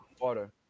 water